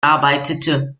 arbeitete